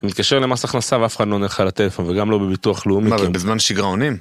אני מתקשר למס הכנסה ואף אחד לא עונה לך לטלפון וגם לא בביטוח לאומי. מה, והם בזמן שגרה עונים ?